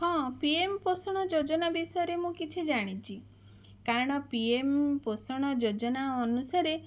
ହଁ P M Poshan ଯୋଜନା ବିଷୟରେ ମୁଁ କିଛି ଜାଣିଛି କାରଣ ପି ଏମ ପୋଷଣ ଯୋଜନା ଅନୁସାରେ